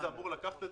לא, זה לא מה שכתוב.